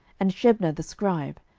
and shebna the scribe,